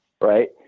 right